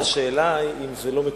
השאלה היא אם זה לא מקובל.